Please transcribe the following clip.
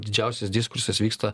didžiausias diskursas vyksta